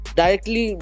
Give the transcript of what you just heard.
directly